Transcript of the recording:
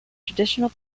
traditional